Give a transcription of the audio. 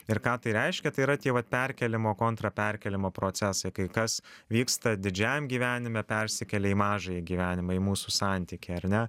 ir ką tai reiškia tai yra tie vat perkėlimo kontra perkėlimo procesai kai kas vyksta didžiajam gyvenime persikelia į mažąjį gyvenimą į mūsų santykį ar ne